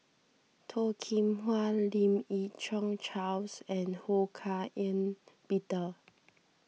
Toh Kim Hwa Lim Yi Yong Charles and Ho Hak Ean Peter